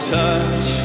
touch